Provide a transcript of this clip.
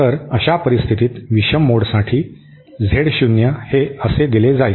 तर अशा परिस्थितीत विषम मोडसाठी झेड00 हे असे दिले जाईल